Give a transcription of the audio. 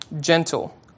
gentle